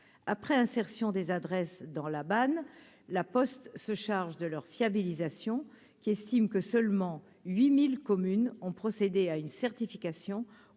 après insertion des adresses dans la banane, La Poste se charge de leur fiabilisation qui estime que seulement 8000 communes ont procédé à une certification